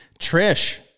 Trish